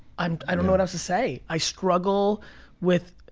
um i don't know what else to say. i struggle with,